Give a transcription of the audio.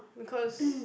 because